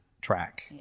track